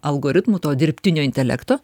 algoritmų to dirbtinio intelekto